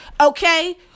okay